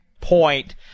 point